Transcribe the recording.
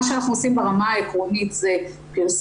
מה שאנחנו עושים ברמה העקרונית זה פרסום,